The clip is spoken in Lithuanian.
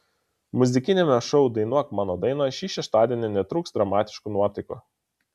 muzikiniame šou dainuok mano dainą šį šeštadienį netrūks dramatiškų nuotaikų